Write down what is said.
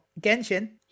genshin